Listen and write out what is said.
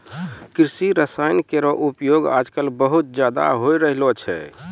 कृषि रसायन केरो उपयोग आजकल बहुत ज़्यादा होय रहलो छै